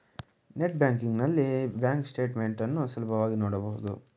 net banking ನಲ್ಲಿ bank statement ಅನ್ನು ಸುಲಭವಾಗಿ ನೋಡಬಹುದು